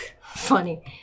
funny